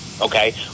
okay